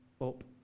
up